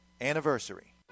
anniversary